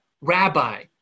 Rabbi